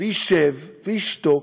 וישב וישתוק,